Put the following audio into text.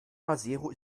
maseru